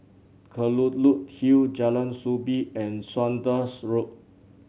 Kelulut Hill Jalan Soo Bee and Saunders Road